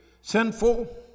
sinful